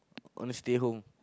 I wanna stay home